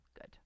Good